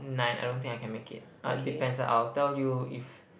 nine I don't think I can make it uh it depends I will tell you if